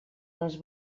les